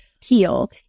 heal